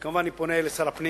וכמובן אני פונה אל שר הפנים,